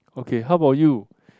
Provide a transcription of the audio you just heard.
okay how about you